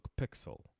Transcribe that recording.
pixel